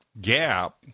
gap